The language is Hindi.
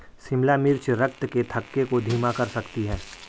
शिमला मिर्च रक्त के थक्के को धीमा कर सकती है